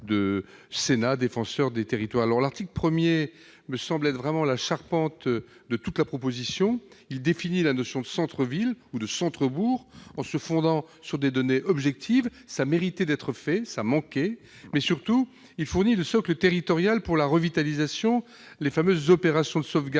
de défenseur des territoires. L'article 1 me semble constituer la charpente de toute la proposition de loi. Il définit la notion de centre-ville ou de centre-bourg en se fondant sur des données objectives, ce qui manquait. Surtout, il fournit le socle territorial pour la revitalisation, les fameuses opérations de sauvegarde